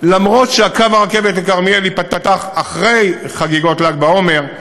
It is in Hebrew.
למרות שקו הרכבת לכרמיאל ייפתח אחרי חגיגות ל"ג בעומר,